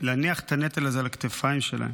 להניח את הנטל הזה על הכתפיים שלהם.